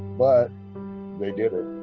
but they did it.